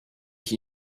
ich